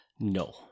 No